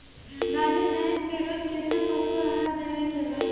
गाभीन भैंस के रोज कितना पशु आहार देवे के बा?